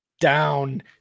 down